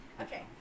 Okay